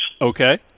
Okay